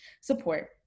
support